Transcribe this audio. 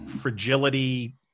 fragility